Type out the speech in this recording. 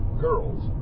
girls